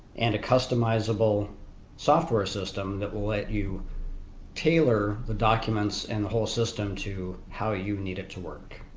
and a customizable software system that will let you tailor the documents and the whole system to how you need it to work.